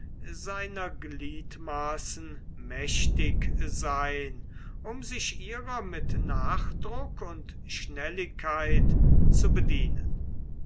seiner gliedmaßen mächtig sein um sich ihrer mit nachdruck und schnelligkeit zu bedienen